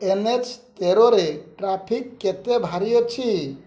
N H ତେରରେ traffic କେତେ ଭାରୀ ଅଛି